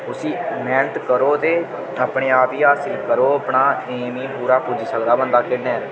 उसी मेह्नत करो ते अपने आप गी हासिल करो अपना ऐम ही पूरा पुज्जी सकदा बंदा खेढें